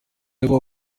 aho